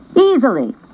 easily